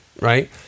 right